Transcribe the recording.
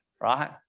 right